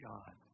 God